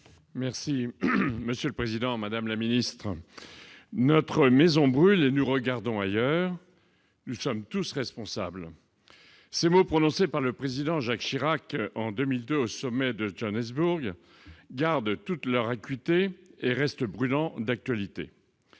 Merci monsieur le Président, Madame la ministre : notre maison brûle et nous regardons ailleurs : nous sommes tous responsables, ces mots prononcés par le président Jacques Chirac en 2002 au sommet de Johannesburg gardent toute leur acuité et reste brûlant d'actualité